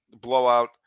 blowout